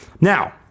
Now